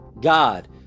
God